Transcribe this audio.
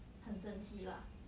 很生气 lah